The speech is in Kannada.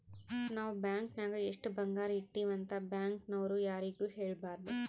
ನಾವ್ ಬ್ಯಾಂಕ್ ನಾಗ್ ಎಷ್ಟ ಬಂಗಾರ ಇಟ್ಟಿವಿ ಅಂತ್ ಬ್ಯಾಂಕ್ ನವ್ರು ಯಾರಿಗೂ ಹೇಳಬಾರ್ದು